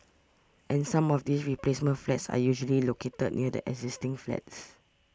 and some of these replacement flats are usually located near the existing flats